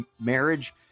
marriage